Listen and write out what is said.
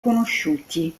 conosciuti